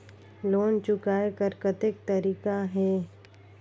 Loan चुकाय कर कतेक तरीका है?